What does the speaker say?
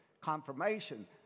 confirmation